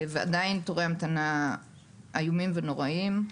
ועדיין תורי ההמתנה איומים ונוראיים,